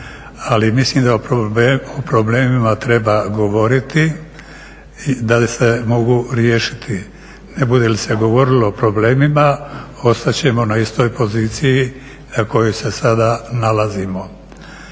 ali mislim da o problemima treba govoriti da se mogu riješiti. Ne bude li se govorilo o problemima ostat ćemo na istoj poziciji na kojoj se sada nalazimo.